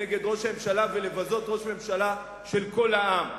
נגד ראש הממשלה ולבזות ראש ממשלה של כל העם,